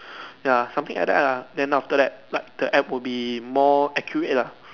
ya something like that lah then after that like the app will be more accurate lah